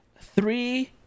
Three